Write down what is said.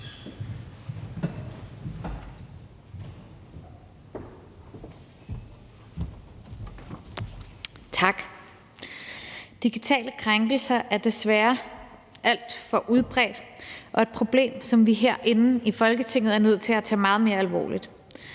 Tak. Digitale krænkelser er desværre alt for udbredt og et problem, som vi herinde i Folketinget er nødt til at tage meget mere alvorligt.